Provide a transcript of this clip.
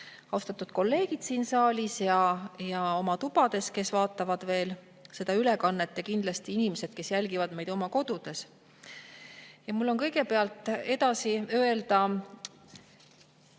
Austatud kolleegid siin saalis ja oma tubades, kes vaatavad veel seda ülekannet! Ja kindlasti inimesed, kes jälgivad meid oma kodudes! Mul on kõigepealt edasi öelda